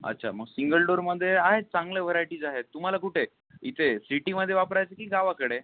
अच्छा मग सिंगल डोरमध्ये आहेत चांगल्या व्हरायटीज आहेत तुम्हाला कुठे इथे सीटीमध्ये वापरायचं आहे की गावाकडे